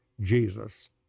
Jesus